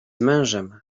mężem